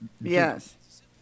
Yes